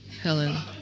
Helen